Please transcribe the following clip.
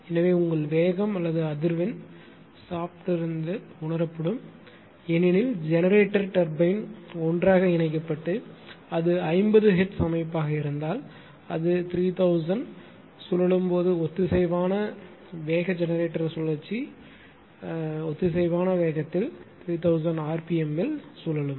எனவே உங்கள் வேகம் அல்லது அதிர்வெண் ஷாப்ட் இருந்து உணரப்படுகிறது ஏனெனில் ஜெனரேட்டர் டர்பைன் ஒன்றாக இணைக்கப்பட்டு அது 50 ஹெர்ட்ஸ் அமைப்பாக இருந்தால் அது 3000 சுழலும் போது ஒத்திசைவான வேக ஜெனரேட்டர் சுழற்சி ஒத்திசைவான வேகத்தில் 3000 rpm இல் சுழலும்